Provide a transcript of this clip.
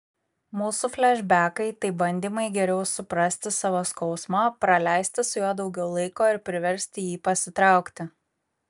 mūsų flešbekai tai bandymai geriau suprasti savo skausmą praleisti su juo daugiau laiko ir priversti jį pasitraukti